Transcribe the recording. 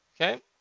Okay